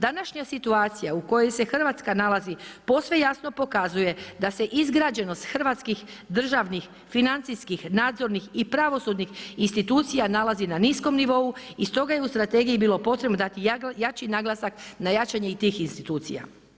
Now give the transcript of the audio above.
Današnja situacija u kojoj se Hrvatska nalazi posve jasno pokazuje da se izgrađenost hrvatskih državnih financijskih nadzornih i pravosudnih institucija nalazi na niskom nivou, i stoga je u strategiji bilo potrebno dati jači naglasak na jačanje i tih institucija.